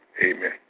amen